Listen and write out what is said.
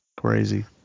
Crazy